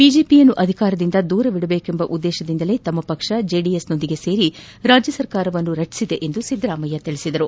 ಬಿಜೆಪಿಯನ್ನು ಅಧಿಕಾರದಿಂದ ದೂರವಿಡಬೇಕೆಂಬ ಉದ್ದೇಶದಿಂದಲೇ ತಮ್ಮ ಪಕ್ಷ ಜೆಡಿಎಸ್ ಜೊತೆ ಸೇರಿ ರಾಜ್ಯ ಸರ್ಕಾರವನ್ನು ರಚಿಸಿರುವುದಾಗಿ ಸಿದ್ದರಾಮಯ್ಯ ಹೇಳಿದರು